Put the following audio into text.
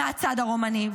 מהצד הרומני.